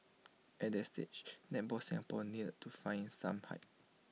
at that stage netball Singapore needed to find some height